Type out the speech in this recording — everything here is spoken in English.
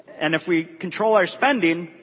and if we control our spending